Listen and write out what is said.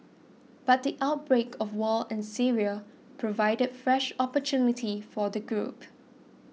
but the outbreak of war in Syria provided fresh opportunity for the group